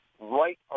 right